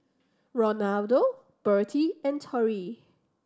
Ronaldo Birtie and Torie